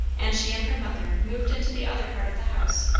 and she and her mother moved into the other part of the house,